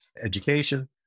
education